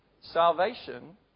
Salvation